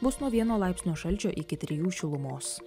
bus nuo vieno laipsnio šalčio iki trijų šilumos